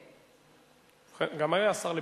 מהמקום,